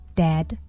dad